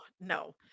no